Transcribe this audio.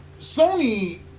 Sony